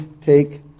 take